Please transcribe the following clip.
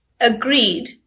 Agreed